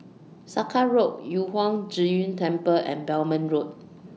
Sakra Road Yu Huang Zhi Zun Temple and Belmont Road